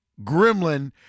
gremlin